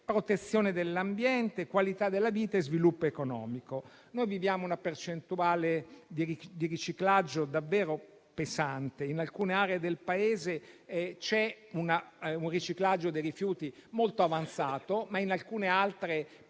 protezione dell'ambiente, qualità della vita e sviluppo economico. Noi abbiamo una percentuale di riciclaggio davvero pesante. In alcune aree del Paese c'è un riciclaggio dei rifiuti molto avanzato, ma in alcune altre